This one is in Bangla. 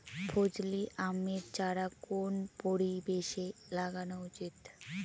ফজলি আমের চারা কোন পরিবেশে লাগানো উচিৎ?